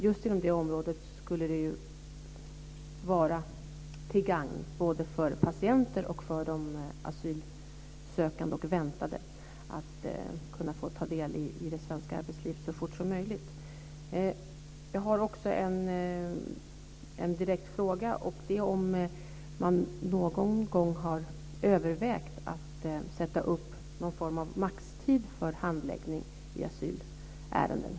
Just inom det området skulle det vara till gagn både för patienter och för de asylsökande och väntande att kunna ta del i det svenska arbetslivet så fort som möjligt. Jag har också en direkt fråga. Har man någon gång direkt övervägt att sätta upp någon form av maxtid för handläggning i asylärenden?